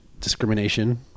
discrimination